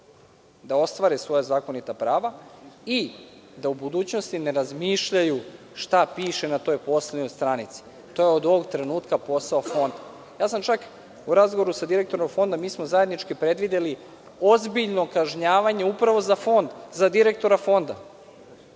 da ostvare svoja zakonita prava i da u budućnosti ne razmišljaju šta piše na poslednjoj stranici. To je od ovog trenutka posao Fonda. Ja sam čak u razgovoru sa direktorom Fonda, mi smo zajednički predvideli ozbiljno kažnjavanje upravo za Fond, za direktora Fonda,